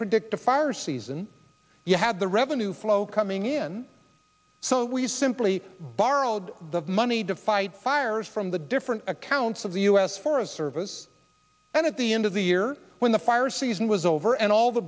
predict a fire season you have the revenue flow coming in so we've simply borrowed the money to fight fires from the different accounts of the u s forest service and at the end of the year when the fire season was over and all the